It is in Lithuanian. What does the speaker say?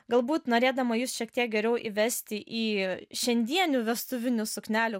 galbūt norėdama jus šiek tiek geriau įvesti į šiandienių vestuvinių suknelių